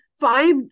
five